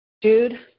Dude